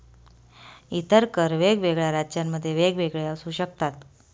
इतर कर वेगवेगळ्या राज्यांमध्ये वेगवेगळे असू शकतात